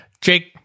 Jake